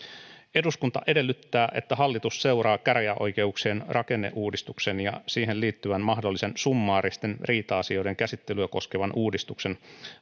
eduskunta edellyttää että hallitus seuraa käräjäoikeuksien rakenneuudistuksen ja siihen liittyvän mahdollisen summaaristen riita asioiden käsittelyä koskevan uudistuksen